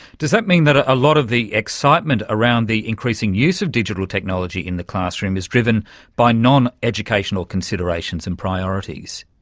does that mean that a lot of the excitement around the increasing use of digital technology in the classroom is driven by non-educational considerations and priorities?